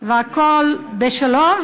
והכול בשלום.